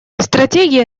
стратегия